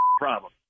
problem